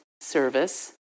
service